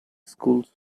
schools